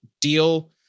deal